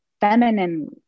feminine